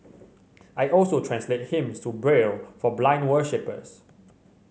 I also translate hymns to Braille for blind worshippers